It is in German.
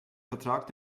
vertrag